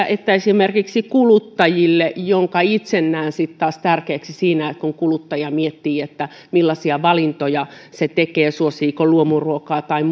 että esimerkiksi kuluttajille minkä itse näen taas tärkeäksi siinä kun kuluttaja miettii millaisia valintoja hän tekee suosiiko luomuruokaa tai